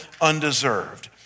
undeserved